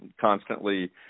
constantly